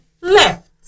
left